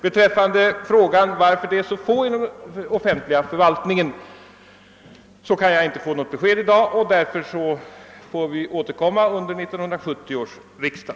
Beträffande frågan varför de deltidsanställda är så få inom den offentliga förvaltningen kan jag tydligen inte erhålla något besked i dag; jag får därför återkomma under 1970 års riksdag.